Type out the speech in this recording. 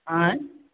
अँए